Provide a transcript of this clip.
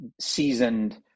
seasoned